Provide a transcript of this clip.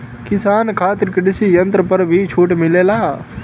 किसान खातिर कृषि यंत्र पर भी छूट मिलेला?